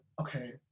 okay